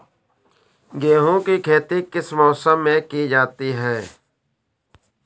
गेहूँ की खेती किस मौसम में की जाती है?